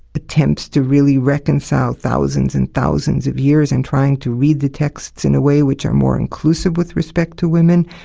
attempts to really reconcile thousands and thousands of years in trying to read the texts in a way which are more inclusive with respect to women.